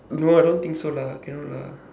no ah I don't think so lah cannot lah